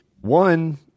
One